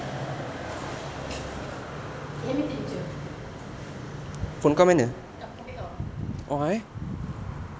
okay help me take picture kat poket kau